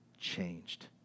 changed